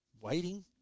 waiting